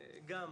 גם.